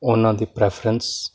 ਉਹਨਾਂ ਦੀ ਪ੍ਰੈਫਰੈਂਸ